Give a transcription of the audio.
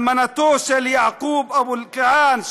אלמנתו של יעקוב אבו אלקיעאן,